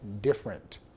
different